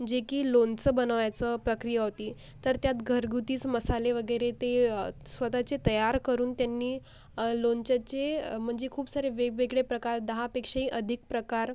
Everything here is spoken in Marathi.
जे की लोणचं बनवायचं प्रक्रिया होती तर त्यात घरगुतीस मसाले वगैरे ते स्वतःचे तयार करून त्यांनी लोणच्याचे म्हणजे खूप सारे वेगवेगळे प्रकार दहापेक्षाही अधिक प्रकार